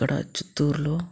ఇక్కడ చిత్తూరులో